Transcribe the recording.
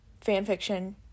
fanfiction